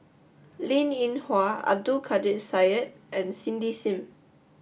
Linn In Hua Abdul Kadir Syed and Cindy Sim